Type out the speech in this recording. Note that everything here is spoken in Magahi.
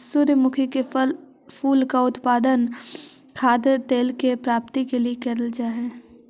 सूर्यमुखी के फूल का उत्पादन खाद्य तेल के प्राप्ति के ला करल जा हई